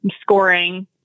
scoring